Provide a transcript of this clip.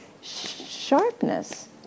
sharpness